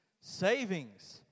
savings